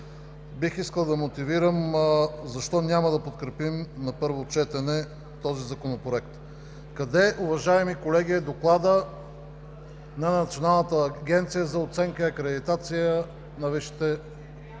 бих искал да се мотивирам защо няма да подкрепим на първо четене този законопроект. Къде, уважаеми колеги, е Докладът на Националната агенция за оценяване и акредитация на висшите